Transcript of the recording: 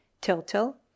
total